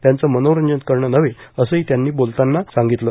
त्यांच मनोरंजन करणं नव्हे असंही त्यांनी बोलताना सांगितलं